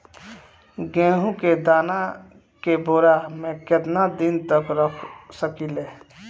गेहूं के दाना के बोरा में केतना दिन तक रख सकिले?